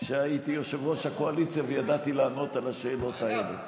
כשהייתי יושב-ראש הקואליציה וידעתי לענות על השאלות האלה.